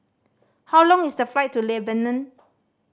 how long is the flight to Lebanon